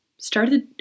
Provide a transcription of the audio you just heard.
started